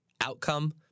outcome